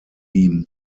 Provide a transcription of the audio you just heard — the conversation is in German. ihm